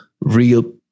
real